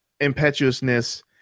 Impetuousness